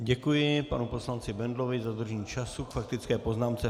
Děkuji panu poslanci Bendlovi za dodržení času k faktické poznámce.